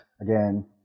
again